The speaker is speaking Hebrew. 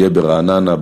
יהיה ברעננה,